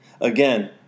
Again